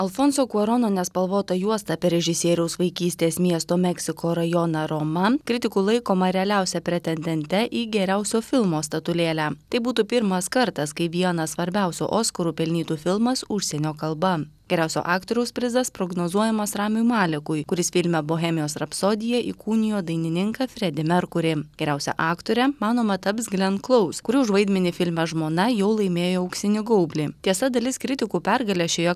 alfonso kuarono nespalvota juosta apie režisieriaus vaikystės miesto meksiko rajoną roma kritikų laikoma realiausia pretendente į geriausio filmo statulėlę tai būtų pirmas kartas kai vieną svarbiausių oskarų pelnytų filmas užsienio kalba geriausio aktoriaus prizas prognozuojamas ramiui malekui kuris filme bohemijos rapsodija įkūnijo dainininką fredį merkurį geriausia aktore manoma taps glen klaus kuri už vaidmenį filme žmona jau laimėjo auksinį gaublį tiesa dalis kritikų pergalę šioje